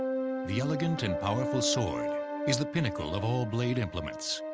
the elegant and powerful sword is the pinnacle of all blade implements,